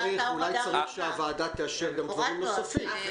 אולי צריך שהוועדה תאשר גם דברים נוספים.